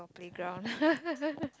for playground